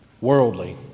worldly